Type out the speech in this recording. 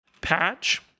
patch